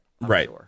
Right